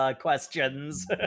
questions